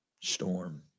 Storm